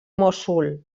mossul